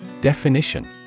Definition